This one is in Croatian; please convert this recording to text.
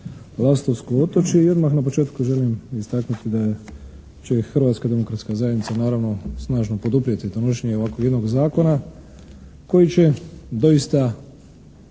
"Lastovsko otočje" i odmah na početku želim istaknuti da će i Hrvatska demokratska zajednica naravno snažno poduprijeti donošenje ovakvog jednog zakona koji će doista